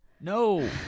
No